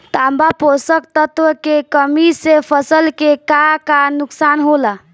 तांबा पोषक तत्व के कमी से फसल के का नुकसान होला?